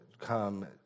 come